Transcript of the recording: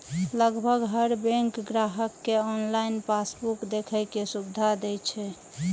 लगभग हर बैंक ग्राहक कें ऑनलाइन पासबुक देखै के सुविधा दै छै